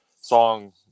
song